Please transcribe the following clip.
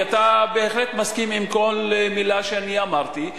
כי אתה בהחלט מסכים עם כל מלה שאני אמרתי.